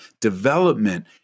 development